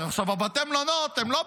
רק בתי מלון.